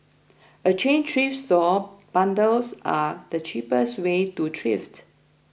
a chain thrift store bundles are the cheapest way to thrift